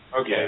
Okay